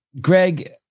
Greg